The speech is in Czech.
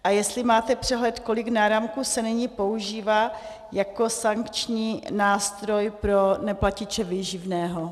A jestli máte přehled, kolik náramků se nyní používá jako sankční nástroj pro neplatiče výživného.